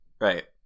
Right